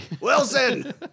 Wilson